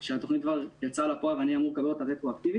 כאשר התוכנית כבר יצאה אל הפועל ואני אמור לקבל אותה רטרואקטיבית.